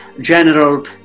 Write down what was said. general